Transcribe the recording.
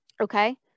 Okay